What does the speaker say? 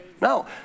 No